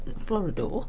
Florida